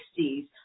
1960s